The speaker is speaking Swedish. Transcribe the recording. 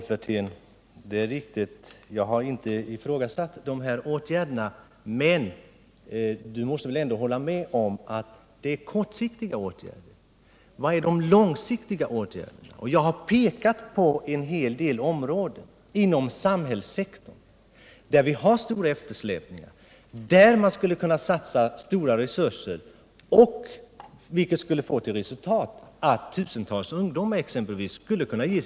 Herr talman! Jag har inte ifrågasatt de här åtgärderna, men Rolf Wirtén måste väl ändå hålla med om att det är kortsiktiga åtgärder. Var finns de långsiktiga åtgärderna? Jag har pekat på en hel del områden inom samhällssektorn, där vi har stora eftersläpningar och där man skulle kunna satsa stora resurser, vilket skulle kunna ge till resultat att tusentals ungdomar exempelvis fick ett varaktigt arbete.